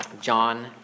John